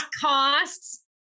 costs